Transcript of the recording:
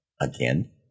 Again